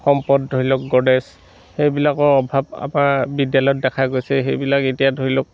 সম্পদ ধৰি লওক গডেজ সেইবিলাকৰ অভাৱ আমাৰ বিদ্যালয়ত দেখা গৈছে সেইবিলাক এতিয়া ধৰি লওক